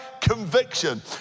conviction